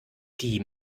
die